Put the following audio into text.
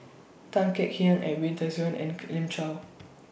Tan Kek Hiang Edwin Tessensohn and Elim Chew